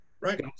right